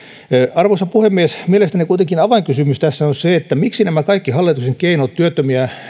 arvoisa puhemies mielestäni kuitenkin avainkysymys tässä on se miksi nämä kaikki hallituksen keinot työttömiä